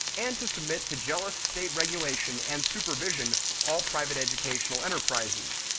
and to submit to jealous state regulation and supervision all private educational enterprises.